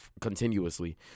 continuously